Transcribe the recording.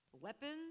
weapons